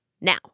now